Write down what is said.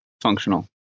functional